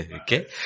Okay